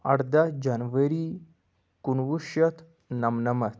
اَردہ جنؤری کُنوُہ شیٚتھ نمنَمَتھ